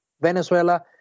Venezuela